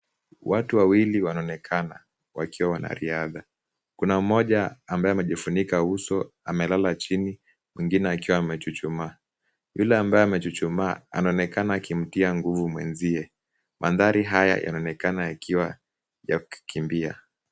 Watu wawili wanaonekana wakiwa wanariadha. Kuna mmoja ambaye amejifunika uso amelala chini mwingine akiwa amechuchumaa. Yule ambaye amechuchumaa anaonekana akimtia nguvu mwenzie. Mandhari haya yanaonekana yakiwa ya kukimbia.